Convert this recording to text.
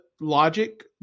logic